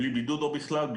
בלי בידוד או בכלל,